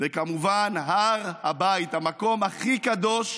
וכמובן הר הבית, המקום הכי קדוש,